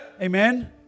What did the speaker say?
Amen